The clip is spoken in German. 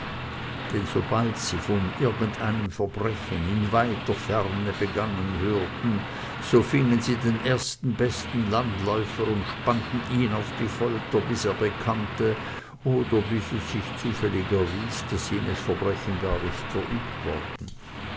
denn sobald sie von irgendeinem verbrechen in weiter ferne begangen hörten so fingen sie den ersten besten landläufer und spannten ihn auf die folter bis er bekannte oder bis es sich zufällig erwies daß jenes verbrechen gar nicht verübt worden